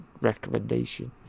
recommendation